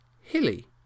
Hilly